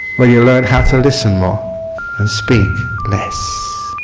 when you learn how to listen more and speak less